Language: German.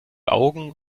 augen